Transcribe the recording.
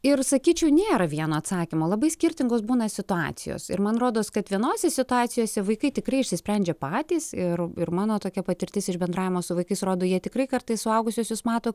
ir sakyčiau nėra vieno atsakymo labai skirtingos būna situacijos ir man rodos kad vienose situacijose vaikai tikrai išsisprendžia patys ir ir mano tokia patirtis iš bendravimo su vaikais rodo jie tikrai kartais suaugusiuosius mato